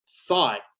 thought